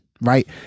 right